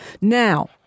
Now